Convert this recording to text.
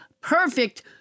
perfect